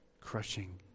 crushing